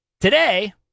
today